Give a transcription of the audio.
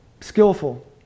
Skillful